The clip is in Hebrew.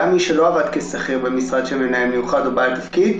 גם מי שלא עבד כשכיר במשרד של מנהל מיוחד או בעל תפקיד,